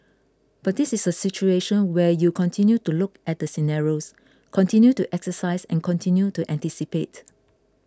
but this is a situation where you continue to look at the scenarios continue to exercise and continue to anticipate